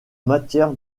matière